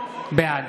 בעד